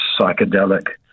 psychedelic